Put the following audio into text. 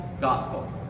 gospel